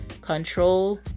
Control